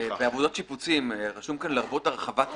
בעבודות שיפוצים כתוב כאן: לרבות הרחבת מבנה.